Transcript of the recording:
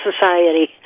society